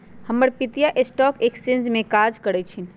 हमर पितिया stock exchange में काज करइ छिन्ह